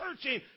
searching